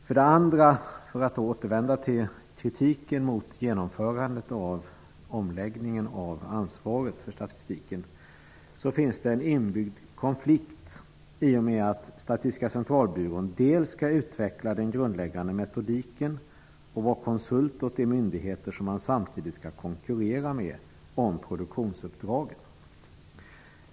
För det andra, för att återvända till kritiken mot genomförandet av omläggningen av ansvaret för statistiken, finns det en inbyggd konflikt i och med att Statistiska centralbyrån skall utveckla den grundläggande metodiken och vara konsult åt de myndigheter som man samtidigt skall konkurrera med om produktionsuppdragen.